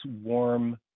warm